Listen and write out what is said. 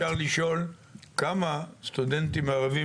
אפשר לשאול כמה סטודנטים ערבים.